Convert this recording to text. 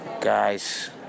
Guys